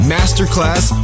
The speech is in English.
Masterclass